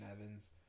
Evans